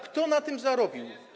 Kto na tym zarobił?